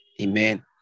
Amen